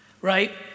right